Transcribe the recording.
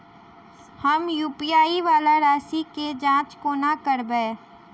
हम यु.पी.आई वला राशि केँ जाँच कोना करबै?